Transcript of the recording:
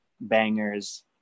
bangers